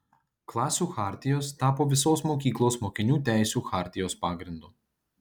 klasių chartijos tapo visos mokyklos mokinių teisių chartijos pagrindu